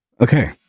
Okay